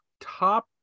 top